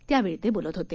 त्यावेळी ते बोलत होते